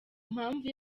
mpamvu